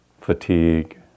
Fatigue